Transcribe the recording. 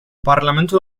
parlamentul